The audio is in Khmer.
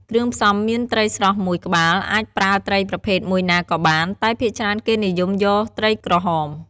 គ្រឿងផ្សំមានត្រីស្រស់ ១ ក្បាលអាចប្រើត្រីប្រភេទមួយណាក៏បាន តែភាគច្រើនគេនិយមយកត្រីក្រហម។